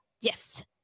yes